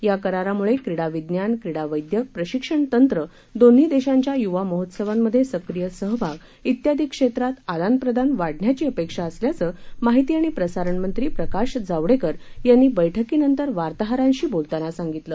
या करारामुळे क्रीडा विज्ञान क्रीडा वैद्यक प्रशिक्षण तंत्र दोन्ही देशांच्या युवा महोत्सवांमध्ये सक्रिय सहभाग व्यादी क्षेत्रात आदानप्रदान वाढण्याची अपेक्षा असल्याचं माहिती आणि प्रसारणमंत्री प्रकाश जावडेकर यांनी बैठकीनंतर वार्ताहरांशी बोलताना सांगितलं